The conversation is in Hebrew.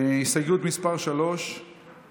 הסתייגות מס' 3, הצבעה על